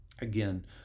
again